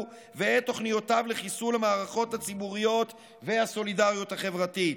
ואת תוכניותיו לחיסול המערכות הציבוריות והסולידריות החברתית.